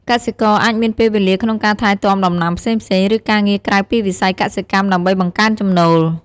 កសិករអាចមានពេលវេលាក្នុងការថែទាំដំណាំផ្សេងៗ ឬការងារក្រៅពីវិស័យកសិកម្មដើម្បីបង្កើនចំណូល។